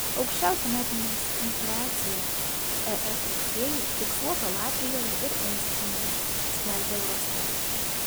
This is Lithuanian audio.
aukščiausia metinės infliacija es rugsėjį fiksuota latvijoje ir estijoje skelbia eurostat